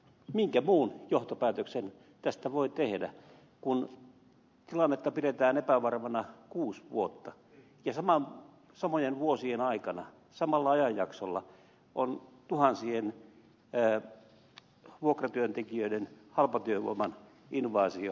minkä muun johtopäätöksen tästä voi tehdä kun tilannetta pidetään epävarmana kuusi vuotta ja samojen vuosien aikana samalla ajanjaksolla on tuhansien vuokratyöntekijöiden halpatyövoiman invaasio telakoille ja rakennusteollisuuteen